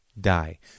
die